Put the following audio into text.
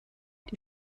die